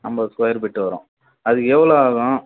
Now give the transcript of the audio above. ஐம்பது square feet வரும் அதுக்கு எவ்வளோ ஆகும்